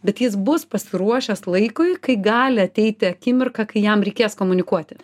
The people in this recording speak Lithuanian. bet jis bus pasiruošęs laikui kai gali ateiti akimirka kai jam reikės komunikuoti